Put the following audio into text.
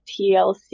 TLC